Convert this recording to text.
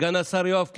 סגן השר יואב קיש,